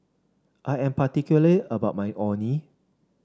I am particular about my Orh Nee